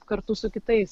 kartu su kitais